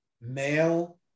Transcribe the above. male